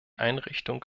einrichtung